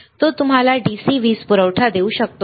तो तुम्हाला DC वीज पुरवठा देऊ शकतो का